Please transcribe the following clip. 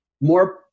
more